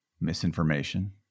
misinformation